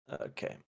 Okay